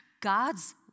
God's